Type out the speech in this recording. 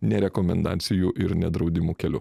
ne rekomendacijų ir ne draudimų keliu